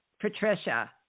Patricia